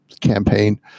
campaign